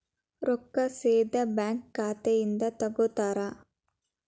ರೊಕ್ಕಾ ಸೇದಾ ಬ್ಯಾಂಕ್ ಖಾತೆಯಿಂದ ತಗೋತಾರಾ?